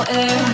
air